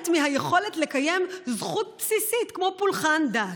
מהיכולת לקיים זכות בסיסית כמו פולחן דת.